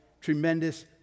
tremendous